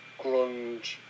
grunge